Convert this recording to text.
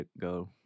go